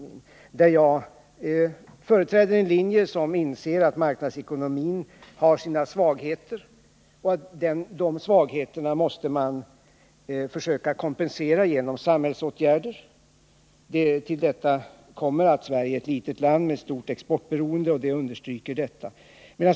I det avseendet företräder jag en riktning som inser att marknadsekonomin har sina svagheter, som man måste försöka kompensera genom samhällsåtgärder. Till detta kommer att Sverige är ett litet land med ett stort exportberoende, och det understryker detta.